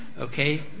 Okay